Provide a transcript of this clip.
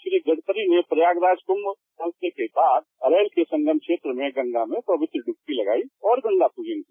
श्री गड़करी ने प्रयागराज कुंम पहुंचने के बाद अरैल के संगम क्षेत्र में गंगा में पवित्र डुबकी लगायी और गंगा प्रजन किया